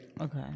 Okay